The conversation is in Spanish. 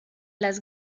las